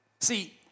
See